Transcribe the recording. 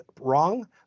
wrong